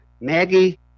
Maggie